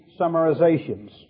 summarizations